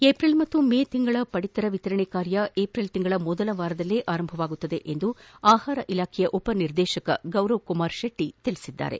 April ಮತ್ತು May ತಿಂಗಳ ಪಡಿತರ ವಿತರಣೆ ಕಾರ್ಯ ಏಪ್ರಿಲ್ ತಿಂಗಳ ಮೊದಲ ವಾರದಲ್ಲೇ ಪ್ರಾರಂಭವಾಗಲಿದೆ ಎಂದು ಆಹಾರ ಇಲಾಖೆಯ ಉಪ ನಿರ್ದೇಶಕ ಗೌರವ್ ಕುಮಾರ್ ಶೆಟ್ಟಿ ಹೇಳಿದ್ದಾರೆ